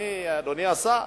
אדוני השר?